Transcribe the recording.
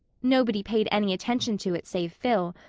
nobody paid any attention to it save phil,